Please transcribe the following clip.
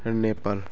Nepal